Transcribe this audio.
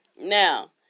Now